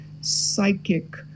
psychic